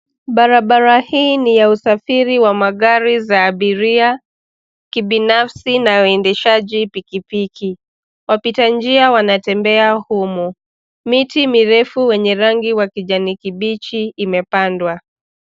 Barabara hii ni ya usafiri wa magari za abiria, kibinafsi na wendeshaji pikipiki, wapitanjia wanatembea humu, miti mirefu wenye rangi wa kijani kibichi imepandwa.